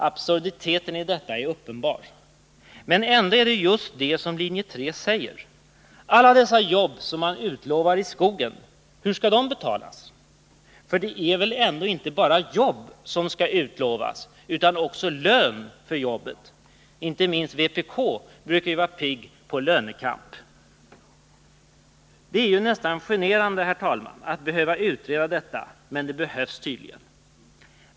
Absurditeten i detta är uppenbar. Ändå är det just det som linje 3 säger. Alla dessa jobb som man utlovar i skogen, hur skall de betalas? För det är väl ändå inte bara jobb som skall utlovas utan också lön för jobben. Inte minst vpk brukar vara piggt på lönekamp. Det är nästan generande, herr talman, att behöva utreda detta, men det behövs tydligen.